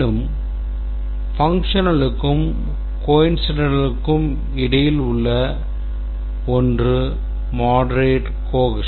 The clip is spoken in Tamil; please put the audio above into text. மேலும் functionalக்கும் coincidentalக்கும் இடையில் உள்ள ஒன்று moderate cohesion